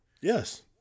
yes